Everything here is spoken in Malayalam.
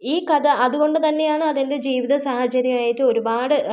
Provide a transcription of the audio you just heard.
ഈ കഥ അതുകൊണ്ട് തന്നെയാണ് അത് എൻ്റെ ജീവിത സാഹചര്യം ആയിട്ട് ഒരുപാട്